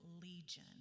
legion